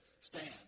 stand